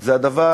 זה הדבר,